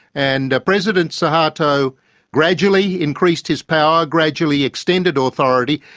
and president suharto gradually increased his power, gradually extended authority,